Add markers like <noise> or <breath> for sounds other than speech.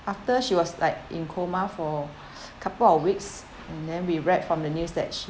after she was like in coma for <breath> couple of weeks and then we read from the news that she